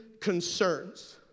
concerns